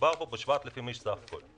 מדובר ב-7,000 איש בסך הכול.